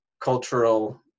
cultural